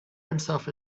himself